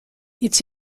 its